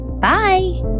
Bye